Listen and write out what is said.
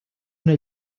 una